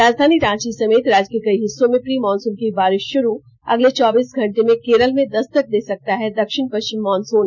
राजधानी रांची समेत राज्य के कई हिस्सों में प्री मानसून की बारिश शुरू अगले चौबीस घंटे में केरल में दस्तक दे सकता है दक्षिण पश्चिम मानसून